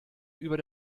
über